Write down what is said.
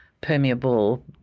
permeable